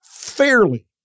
Fairly